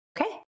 Okay